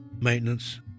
maintenance